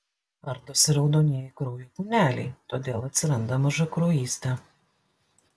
ardosi raudonieji kraujo kūneliai todėl atsiranda mažakraujystė